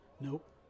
Nope